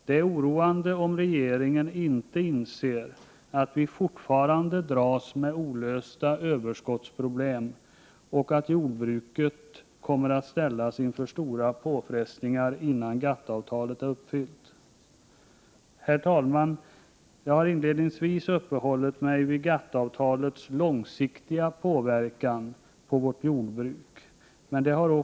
Det är oroande om regeringen inte inser att vi fortfarande dras med olösta överskottsproblem och att jordbruket kommer att ställas inför stora påfrestningar innan GATT-avtalet är uppfyllt. Herr talman! Jag har inledningsvis uppehållit mig vid GATT-avtalets långsiktiga påverkan på vårt jordbruk. Men också i det korta perspektivet 13 Prot.